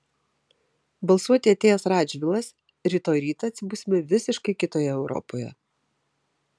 balsuoti atėjęs radžvilas rytoj rytą atsibusime visiškai kitoje europoje